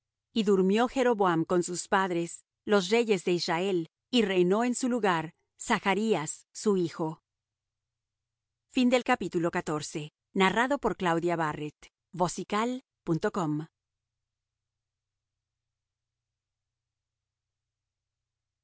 y durmió jeroboam con sus padres los reyes de israel y reinó en su lugar zachrías su hijo en